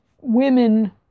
women